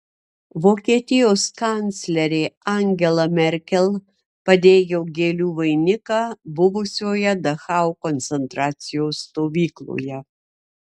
vokietijos kanclerė angela merkel padėjo gėlių vainiką buvusioje dachau koncentracijos stovykloje